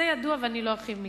זה ידוע ואני לא ארחיב.